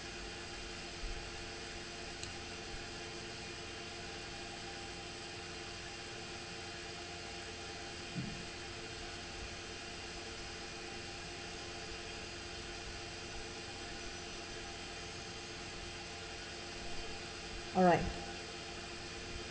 alright